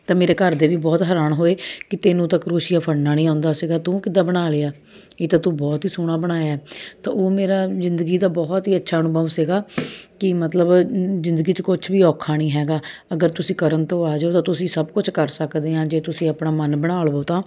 ਤਾਂ ਮੇਰੇ ਘਰ ਦੇ ਵੀ ਬਹੁਤ ਹੈਰਾਨ ਹੋਏ ਕਿ ਤੈਨੂੰ ਤਾਂ ਕਰੋਸ਼ੀਆ ਫੜਨਾ ਨਹੀਂ ਆਉਂਦਾ ਸੀਗਾ ਤੂੰ ਕਿੱਦਾਂ ਬਣਾ ਲਿਆ ਇਹ ਤਾਂ ਤੂੰ ਬਹੁਤ ਹੀ ਸੋਹਣਾ ਬਣਾਇਆ ਹੈ ਤਾਂ ਉਹ ਮੇਰਾ ਜ਼ਿੰਦਗੀ ਦਾ ਬਹੁਤ ਹੀ ਅੱਛਾ ਅਨੁਭਵ ਸੀਗਾ ਕਿ ਮਤਲਬ ਜ਼ਿੰਦਗੀ 'ਚ ਕੁਛ ਵੀ ਔਖਾ ਨਹੀ ਹੈਗਾ ਅਗਰ ਤੁਸੀਂ ਕਰਨ ਤੋਂ ਆ ਜੋ ਤਾਂ ਤੁਸੀਂ ਸਭ ਕੁਛ ਕਰ ਸਕਦੇ ਹਾਂ ਜੇ ਤੁਸੀਂ ਆਪਣਾ ਮਨ ਬਣਾ ਲਵੋ ਤਾਂ